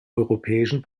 europäischen